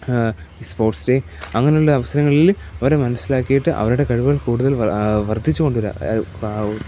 sports day അങ്ങനെയുള്ള അവസരങ്ങളിൽ അവരെ മനസിലാക്കിയിട്ട് അവരുടെ കഴിവുകൾ കൂടുതൽ വർദ്ധിച്ച് കൊണ്ടുവരുക